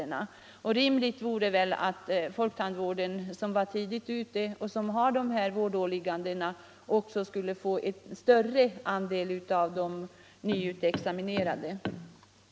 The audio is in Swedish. Rimligt vore väl att folktandvården, som var tidigt ute och som har dessa vårdåligganden, får en större andel av de nyexaminerade.